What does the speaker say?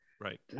right